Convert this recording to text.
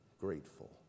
grateful